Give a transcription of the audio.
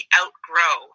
outgrow